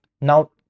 now